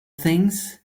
things